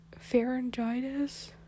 Pharyngitis